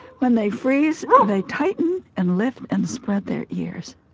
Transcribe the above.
when they freeze, they tighten and lift and spread their ears.